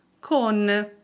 con